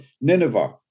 Nineveh